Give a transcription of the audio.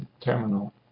terminal